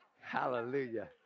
Hallelujah